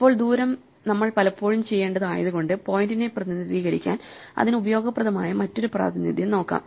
ഇപ്പോൾ ദൂരം നമ്മൾ പലപ്പോഴും ചെയ്യേണ്ടത് ആയതുകൊണ്ട് പോയിന്റിനെ പ്രതിനിധീകരിക്കാൻ അതിനു ഉപയോഗപ്രദമായ മറ്റൊരു പ്രാതിനിധ്യം നോക്കാം